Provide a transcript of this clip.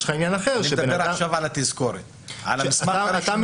אני מדבר עכשיו על התזכורת, על המסמך